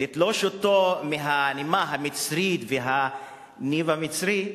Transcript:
לתלוש אותו מהנימה המצרית והניב המצרי,